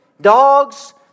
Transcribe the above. Dogs